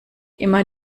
immer